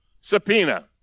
subpoena